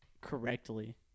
correctly